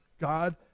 God